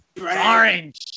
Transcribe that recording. Orange